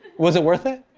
was it worth it?